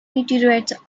meteorites